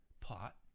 pot